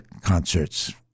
concerts